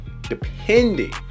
depending